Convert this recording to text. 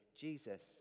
Jesus